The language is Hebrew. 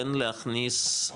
כן להכניס,